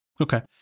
Okay